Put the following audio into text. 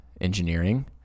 engineering